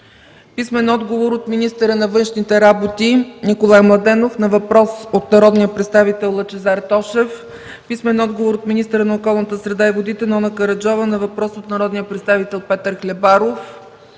Михаил Миков; - министъра на външните работи Николай Младенов на въпрос от народния представител Лъчезар Тошев; - министъра на околната среда и водите Нона Караджова на въпрос от народния представител Петър Хлебаров;